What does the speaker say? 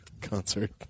concert